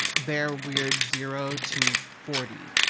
their weird zero to forty.